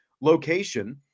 location